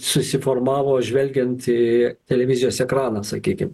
susiformavo žvelgiant į televizijos ekraną sakykim